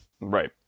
Right